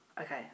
Okay